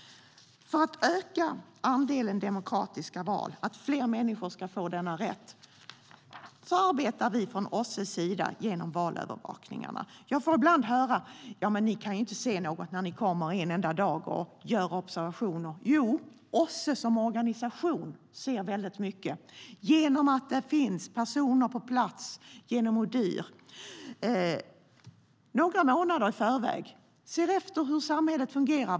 För att öka andelen demokratiska val, så att fler människor ska få denna rätt, arbetar vi från OSSE:s sida genom valövervakningar. Jag får ibland höra: Ni kan ju inte se något när ni kommer en enda dag och gör observationer. Jo, OSSE som organisation ser väldigt mycket genom att det finns personer på plats genom Odihr några månader i förväg. De ser efter hur samhället fungerar.